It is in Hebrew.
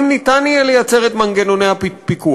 אם יהיה אפשרי לייצר את מנגנוני הפיקוח,